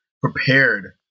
prepared